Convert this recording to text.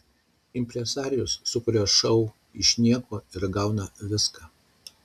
impresarijus sukuria šou iš nieko ir gauna viską